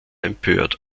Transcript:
empört